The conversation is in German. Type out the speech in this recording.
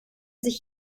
sich